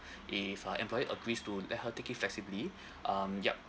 if her employed agrees to let her take it flexibly um yup